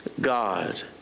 God